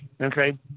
okay